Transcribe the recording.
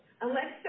Alexa